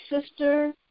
sister